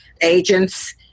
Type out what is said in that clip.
agents